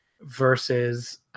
versus